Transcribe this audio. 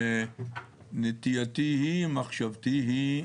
נטייתי היא, מחשבתי היא,